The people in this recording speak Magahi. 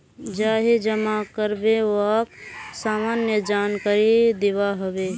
जाहें जमा कारबे वाक सामान्य जानकारी दिबा हबे